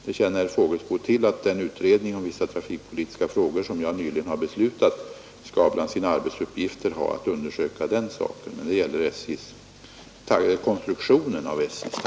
Herr Fågelsbo känner också till att den utredning av vissa trafikpolitiska frågor, som jag nyligen har beslutat om, bland sina arbetsuppgifter har att undersöka konstruktionen av SJ:s taxor.